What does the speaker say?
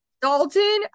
Dalton